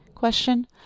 Question